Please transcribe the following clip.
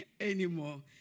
anymore